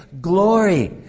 glory